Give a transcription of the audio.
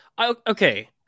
Okay